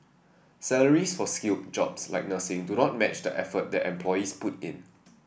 salaries for skilled jobs like nursing do not match the effort that employees put in